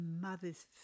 mothers